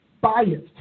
biased